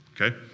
okay